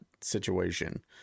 situation